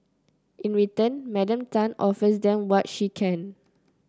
in return Madam Tan offers them what she can